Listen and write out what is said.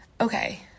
Okay